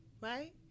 right